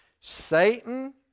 Satan